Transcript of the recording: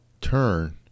turn